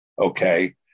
okay